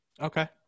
Okay